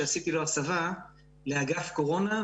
שעשיתי לו הסבה לאגף קורונה,